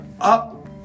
up